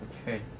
Okay